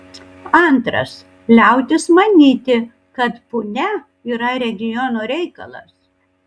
antras liautis manyti kad punia yra regiono reikalas